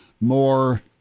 more